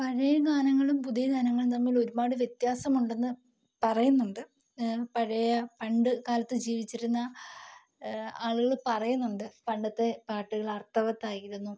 പഴയ ഗാനങ്ങളും പുതിയ ഗാനങ്ങളും തമ്മിൽ ഒരുപാട് വ്യത്യാസമുണ്ടെന്ന് പറയുന്നുണ്ട് പഴയ പണ്ടു കാലത്ത് ജീവിച്ചിരുന്ന ആളുകൾ പറയുന്നുണ്ട് പണ്ടത്തെ പാട്ടുകൾ അർത്ഥവത്തായിരുന്നു